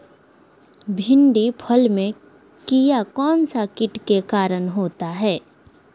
भिंडी फल में किया कौन सा किट के कारण होता है?